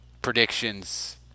predictions